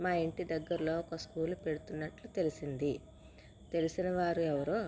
మా ఇంటి దగ్గరలో ఒక స్కూల్ పెడుతున్నట్లు తెలిసింది తెలిసినవారు ఎవరో